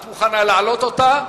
את מוכנה להעלות אותה?